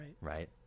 Right